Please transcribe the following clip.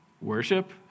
worship